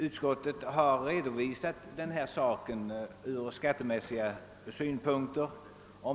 Utskottet har redovisat den frågan från skattemässiga synpunkter.